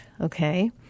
okay